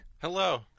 Hello